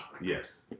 Yes